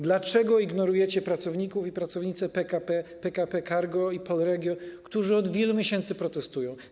Dlaczego ignorujecie pracowników i pracownice PKP, PKP Cargo i Polregio, którzy od wielu miesięcy protestują?